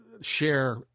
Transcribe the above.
share